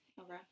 Okay